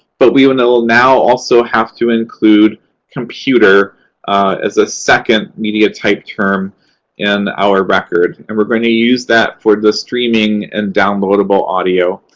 but we will now will now also have to include computer as a second media-type term in our record. and we're going to use that for the streaming and downloadable audio